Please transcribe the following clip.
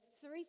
three